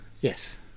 Yes